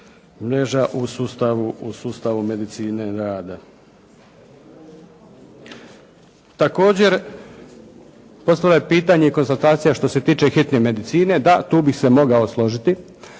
mreža u sustavu medicine rada. Također, postavljeno je pitanje konstatacija što se tiče hitne medicine. Da, tu bih se mogao složiti.